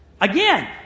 again